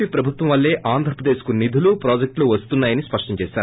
P ప్రబుత్వం వల్లే ఆంధ్రప్రదేశ్ కి నీధులు ప్రాజెక్టులు వస్తున్నాయని స్పష్టం చేసారు